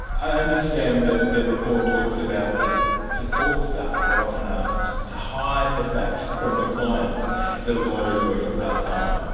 i understand that the report talks about that support staff are often asked to hide the fact from the clients that a lawyer is working part-time.